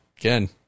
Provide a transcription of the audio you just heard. Again